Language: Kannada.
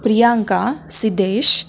ಪ್ರಿಯಾಂಕಾ ಸಿದ್ದೇಶ್